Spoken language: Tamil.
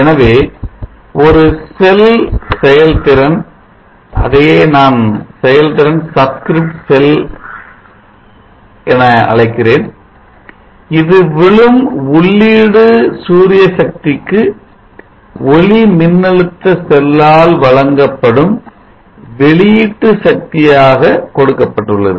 எனவே ஒரு செல் செயல்திறன் அதையே நான் செயல்திறன் subscript செல் என அழைக்கிறேன் இது விழும் உள்ளீடு சூரிய சக்திக்கு ஒளிமின்னழுத்த செல்லால் வழங்கப்படும் வெளியீட்டு சக்தியாக கொடுக்கப்பட்டுள்ளது